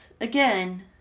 again